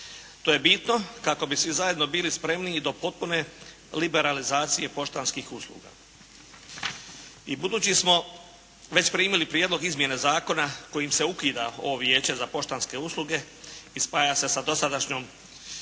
To je bitno kako bi svi zajedno bili spremniji do potpune liberalizacije poštanskih usluga. I budući smo već primili prijedlog izmjena zakona kojim se ukida ovo Vijeće za poštanske usluge i spaja se sa dosadašnjom